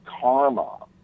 karma